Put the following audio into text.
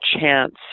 chance